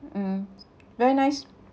mm very nice